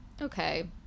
okay